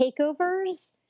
Takeovers